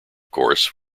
course